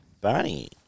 Barney